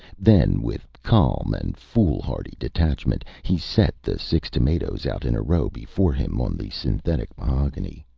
then, with calm and foolhardy detachment, he set the six tomatoes out in a row before him on the synthetic mahogany.